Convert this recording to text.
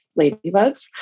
ladybugs